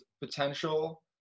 potential